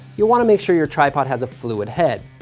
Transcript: you'll want to make sure your tripod has a fluid head.